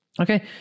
Okay